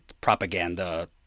propaganda